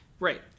Right